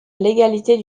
légalité